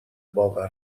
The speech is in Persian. باور